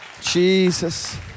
jesus